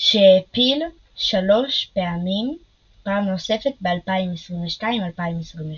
שהעפיל שלוש פעמים פעם נוספת ב-2022/2023.